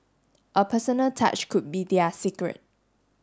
a personal touch could be their secret